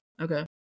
okay